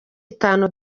itanu